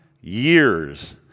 years